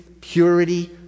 purity